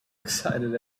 excited